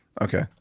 Okay